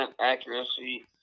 accuracy